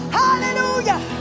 hallelujah